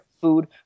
food